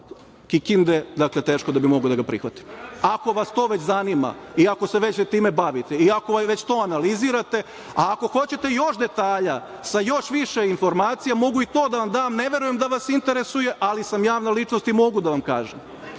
Kikinde, teško da bih mogao da ga prihvatim. Ako vas to već zanima i ako se time bavite i ako to analizirate, a ako hoćete još detalja, sa još više informacija, mogu i to da vam dam, ne verujem da vas interesuje, ali sam javna ličnost i mogu da vam kažem.